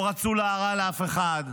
לא רצו להרע לאף אחד,